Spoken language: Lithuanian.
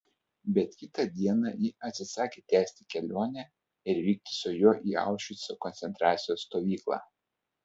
bet kitą dieną ji atsisakė tęsti kelionę ir vykti su juo į aušvico koncentracijos stovyklą